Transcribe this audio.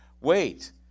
Wait